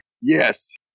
Yes